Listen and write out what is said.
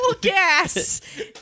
gas